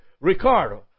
Ricardo